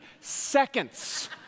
seconds